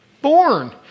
born